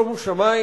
והכול, שומו שמים,